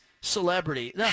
celebrity